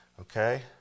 Okay